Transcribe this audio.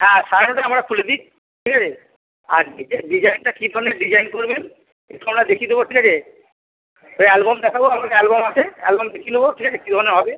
হ্যাঁ সাড়ে নটায় অমরা খুলে দিই ঠিক আছে আর ডিজাইন ডিজাইনটা কী ধরনের ডিজাইন করবেন সেটা আমরা দেখিয়ে দেবো ঠিক আছে ওই অ্যালবাম দেখাবো আমাদের অ্যালবাম আছে অ্যালবাম দেখিয়ে দেবো ঠিক আছে কী ধরনের হবে